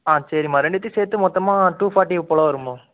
ஆ சரிம்மா ரெண்டுத்தையும் சேர்த்து மொத்தமாக டூ ஃபாட்டி போல் வரும்மா